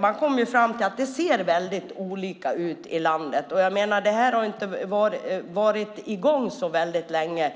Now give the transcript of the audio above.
Man kom fram till att det ser väldigt olika ut i landet. Det har inte varit i gång så väldigt länge.